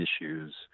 issues